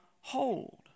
hold